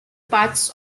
parts